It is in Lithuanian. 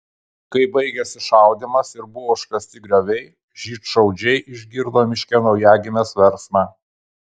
kai baigėsi šaudymas ir buvo užkasti grioviai žydšaudžiai išgirdo miške naujagimės verksmą